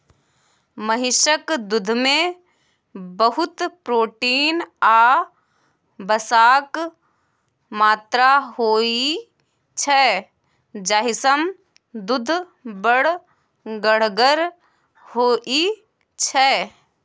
महिषक दुधमे बहुत प्रोटीन आ बसाक मात्रा होइ छै जाहिसँ दुध बड़ गढ़गर होइ छै